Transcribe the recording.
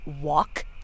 walk